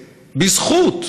בזכות.